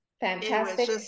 fantastic